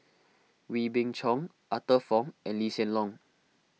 Wee Beng Chong Arthur Fong and Lee Hsien Loong